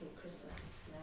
Christmas